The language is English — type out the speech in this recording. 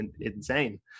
insane